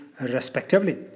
respectively